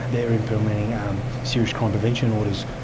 they're implementing um serious crime prevention orders,